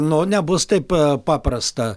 nu nebus taip paprasta